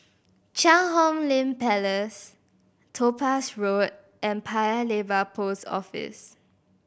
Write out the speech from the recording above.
Cheang Hong Lim Place Topaz Road and Paya Lebar Post Office